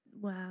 wow